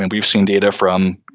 and we've seen data from,